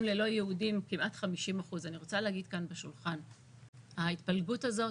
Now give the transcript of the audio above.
ללא-יהודים היא כמעט 50%. ההתפלגות הזאת